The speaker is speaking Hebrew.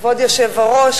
כבוד היושב-ראש,